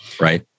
right